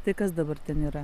tai kas dabar ten yra